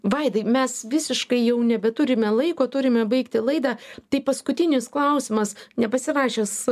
vaidai mes visiškai jau nebeturime laiko turime baigti laidą tai paskutinis klausimas nepasirašęs